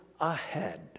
ahead